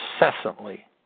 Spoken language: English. incessantly